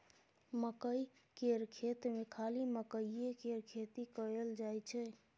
मकई केर खेत मे खाली मकईए केर खेती कएल जाई छै